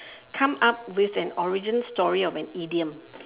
come up with an origin story of an idiom